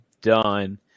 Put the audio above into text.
done